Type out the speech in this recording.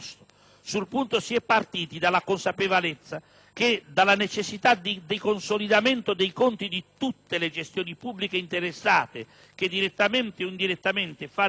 Sul punto, si è partiti dalla consapevolezza della necessità di consolidamento dei conti di tutte le gestioni pubbliche interessate che, direttamente o indirettamente, fanno